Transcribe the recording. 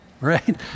right